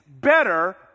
better